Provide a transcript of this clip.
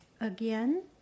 again